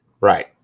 Right